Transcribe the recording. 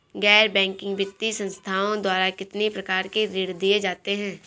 गैर बैंकिंग वित्तीय संस्थाओं द्वारा कितनी प्रकार के ऋण दिए जाते हैं?